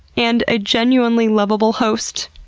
and a genuinely lovable host,